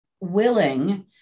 willing